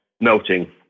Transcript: melting